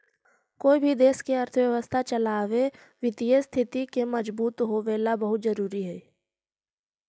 कोई भी देश के अर्थव्यवस्था चलावे वित्तीय स्थिति के मजबूत होवेला बहुत जरूरी हइ